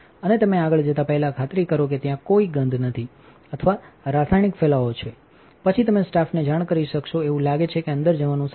અને તમે આગળ જતા પહેલાં ખાતરી કરો કે ત્યાંકોઈ ગંધ નથી અથવા રાસાયણિક ફેલાવો છે પછી તમે સ્ટાફને જાણ કરી શકશો એવું લાગે છે કે અંદર જવાનું સારું છે